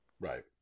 Right